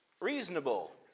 reasonable